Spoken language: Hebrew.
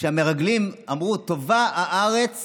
שהמרגלים אמרו, "טובה הארץ